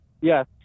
Yes